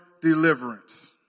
deliverance